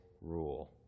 rule